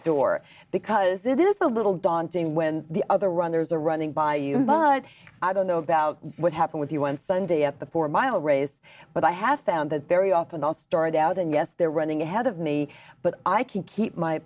door because it is a little daunting when the other runners are running by you but i don't know about what happened with you on sunday at the four mile race but i have found that very often all started out and yes they're running ahead of me but i can keep my